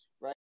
Right